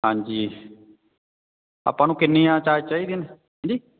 ਹਾਂਜੀ ਆਪਾਂ ਨੂੰ ਕਿੰਨੀਆਂ ਚਾ ਚਾਹੀਦੀਆਂ ਨੇ ਹਾਂਜੀ